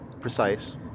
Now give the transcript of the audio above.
precise